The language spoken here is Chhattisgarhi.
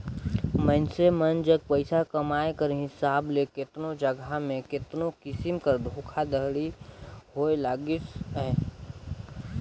मइनसे मन जग पइसा कमाए कर हिसाब ले केतनो जगहा में केतनो किसिम कर धोखाघड़ी होए लगिस अहे